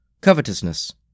covetousness